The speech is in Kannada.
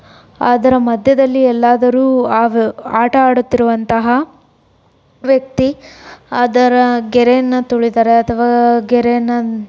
ಅದರ ಮಧ್ಯದಲ್ಲಿ ಎಲ್ಲಾದರೂ ಆ ವ್ಯ ಆಟ ಆಡುತ್ತಿರುವಂತಹ ವ್ಯಕ್ತಿ ಅದರ ಗೆರೆಯನ್ನು ತುಳಿದರೆ ಅಥವಾ ಗೆರೆಯನ್ನು